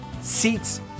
seats